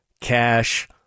cash